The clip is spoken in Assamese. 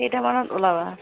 কেইটা মানত ওলাবা